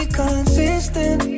consistent